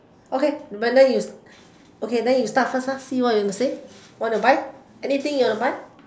okay but then you st~ okay then you start first ah see what you'll say want to buy anything you want to buy